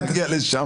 נגיע לשם.